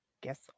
guess